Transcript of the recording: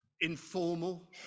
informal